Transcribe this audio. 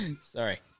Sorry